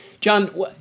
John